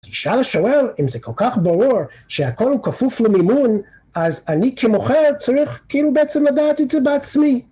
ישי לשאול אם זה כל כך ברור שהכל הוא כפוף למימון, אז אני כמוכר צריך כאילו בעצם לדעת את זה בעצמי.